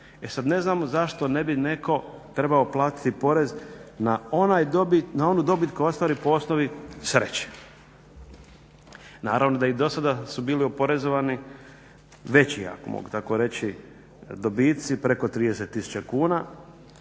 E sada ne znam zašto ne bi netko trebao platiti porez na onu dobit koju ostvari po osnovi sreće. Naravno da i do sada su bili oporezovani veći ako mogu tako reći dobici preko 30 tisuća